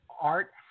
Art